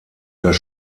das